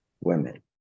women